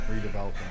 redeveloping